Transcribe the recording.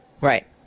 Right